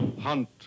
hunt